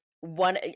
one